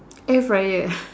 air fryer